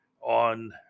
On